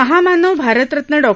महामानव भारतरत्न डॉ